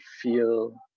feel